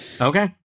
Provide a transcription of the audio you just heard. Okay